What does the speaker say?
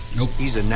Nope